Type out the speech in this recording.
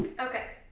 okay,